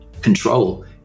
Control